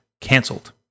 cancelled